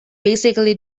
basically